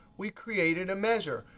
we created a measure.